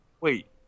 Wait